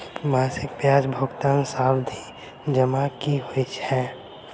मासिक ब्याज भुगतान सावधि जमा की होइ है?